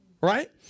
Right